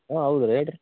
ಹಾಂ ಹೌದ್ ರೀ ಹೇಳ್ರಿ